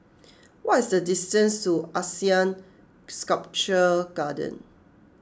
what is the distance to Asean Sculpture Garden